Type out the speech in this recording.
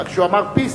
אז כשהוא אמר peace,